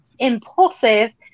impulsive